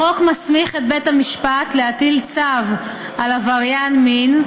החוק מסמיך את בית המשפט להטיל צו על עבריין מין,